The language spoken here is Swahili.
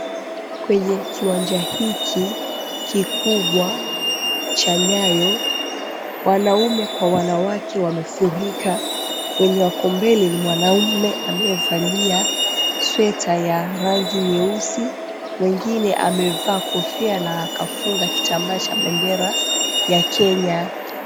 Kwenye kiwanja hiki kikubwa cha Nyayo, wanaume kwa wanawake wamefurika wenye wako mbele ni mwanaume aliyevalia sweta ya rangi nyeusi wengine wamevaa kofia na akafunga kitambaa cha bendera ya Kenya.